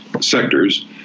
sectors